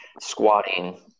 squatting